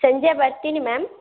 ಸಂಜೆ ಬರ್ತೀನಿ ಮ್ಯಾಮ್